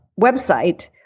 website